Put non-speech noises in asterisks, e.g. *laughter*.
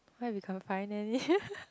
what if we can't find it *laughs*